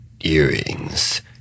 earrings